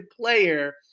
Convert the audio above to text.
player